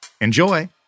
Enjoy